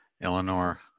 Eleanor